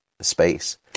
space